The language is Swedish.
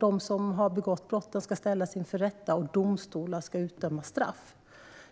De som har begått brotten ska ställas inför rätta, och domstolar ska utdöma straff.